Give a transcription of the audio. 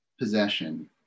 possession